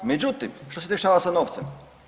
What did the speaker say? Međutim, što se dešava sa novcem?